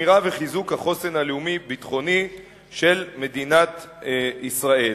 שמירה וחיזוק של החוסן הלאומי-ביטחוני של מדינת ישראל.